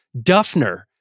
Duffner